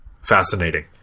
fascinating